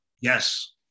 Yes